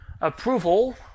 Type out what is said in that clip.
approval